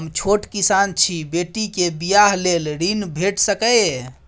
हम छोट किसान छी, बेटी के बियाह लेल ऋण भेट सकै ये?